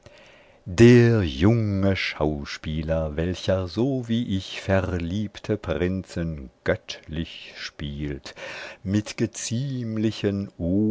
der junge schauspieler welcher so wie ich verliebte prinzen göttlich spielt mit geziemlichen